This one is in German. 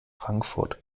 frankfurt